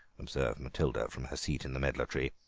observed matilda from her seat in the medlar tree.